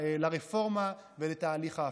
לרפורמה ולתהליך ההפרטה.